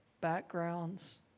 backgrounds